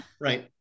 Right